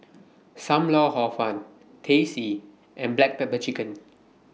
SAM Lau Hor Fun Teh C and Black Pepper Chicken